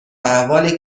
احوال